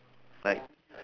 like